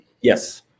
Yes